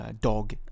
dog